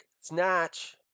snatch